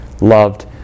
loved